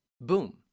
Boom